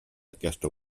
aquesta